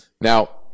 Now